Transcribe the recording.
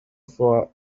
for